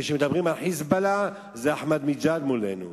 כשמדברים על "חיזבאללה", זה אחמדינג'אד מולנו,